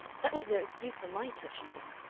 that was no excuse for my touching them.